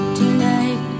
tonight